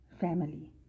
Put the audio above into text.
family